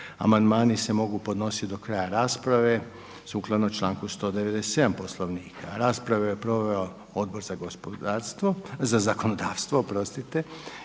amandmani se mogu podnositi do kraja rasprave sukladno članku 197. Poslovnika. Raspravu su proveli Odbor za zakonodavstvo, Odbor